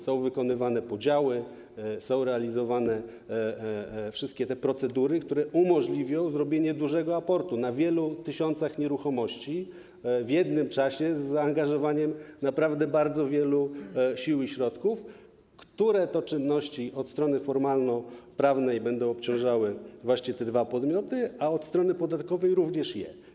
Są wykonywane podziały, są realizowane wszystkie te procedury, które umożliwią zrobienie dużego aportu na wielu tysiącach nieruchomości w jednym czasie, z zaangażowaniem naprawdę bardzo wielu sił i środków, które to czynności od strony formalnoprawnej będą obciążały właśnie te dwa podmioty, a od strony podatkowej - również je.